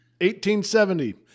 1870